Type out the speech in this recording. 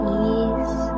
ease